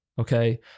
Okay